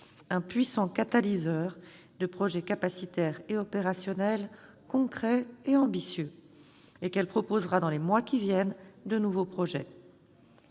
un puissant catalyseur de projets capacitaires et opérationnels concrets et ambitieux, et qu'elle proposera, dans les mois qui viennent, de nouveaux projets.